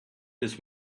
this